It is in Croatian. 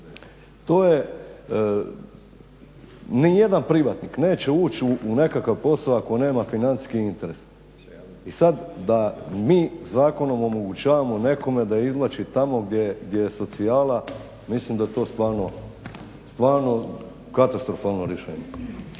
Nijedan privatnik neće ući u nekakav posao ako nema financijski interes i sad da mi zakonom omogućavamo nekome da izvlači tamo gdje je socijala mislim da je to stvarno, stvarno katastrofalno rješenje.